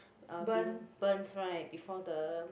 uh been burnt right before the